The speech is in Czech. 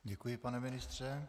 Děkuji, pane ministře.